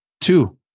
Two